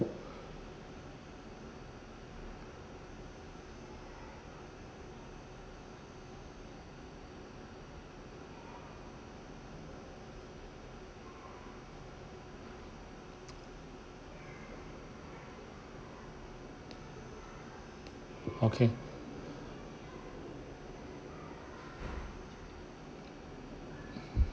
okay